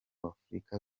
w’afurika